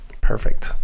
Perfect